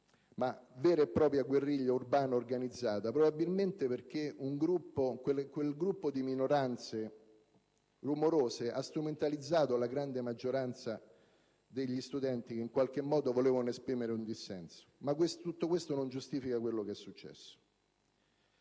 una vera e propria guerriglia urbana organizzata, probabilmente perché il gruppo di minoranze rumorose ha strumentalizzato la grande maggioranza degli studenti che volevano esprimere un dissenso. Tutto ciò, però, non giustifica quello che è successo.